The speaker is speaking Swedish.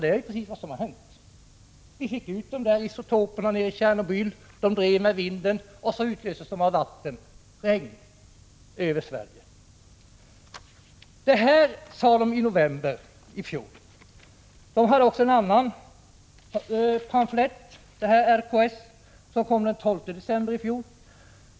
Det är precis detta som har hänt. Vi fick ut de där isotoperna nere i Tjernobyl, de drev med vinden och utlöstes över Sverige av regn. Det här sade de i november i fjol. Jag har också en annan pamflett från RKS som kom den 12 december i fjol.